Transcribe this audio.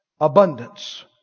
Abundance